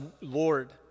Lord